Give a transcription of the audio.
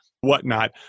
whatnot